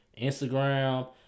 Instagram